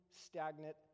stagnant